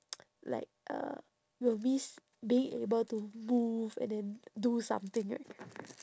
like uh you will miss being able to move and then do something right